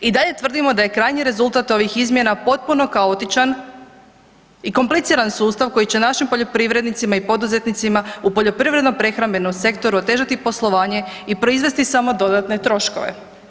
I dalje tvrdimo da je krajnji rezultat ovih izmjena potpuno kaotičan i kompliciran sustav koji će našim poljoprivrednicima i poduzetnicima u poljoprivredno prehrambenom sektoru otežati poslovanje i proizvesti samo dodatne troškove.